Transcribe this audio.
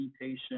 patient